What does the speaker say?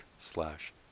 slash